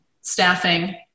staffing